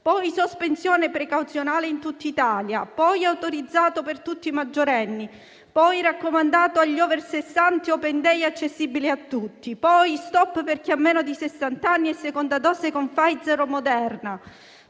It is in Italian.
poi sospeso precauzionalmente in tutta Italia, poi autorizzato per tutti i maggiorenni, poi raccomandato agli *over* sessanta con *open day* accessibili a tutti, poi *stop* per chi ha meno di sessant'anni e seconda dose con Pfizer o Moderna,